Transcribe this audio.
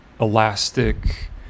elastic